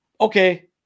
okay